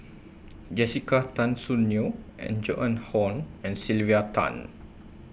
Jessica Tan Soon Neo and Joan Hon and Sylvia Tan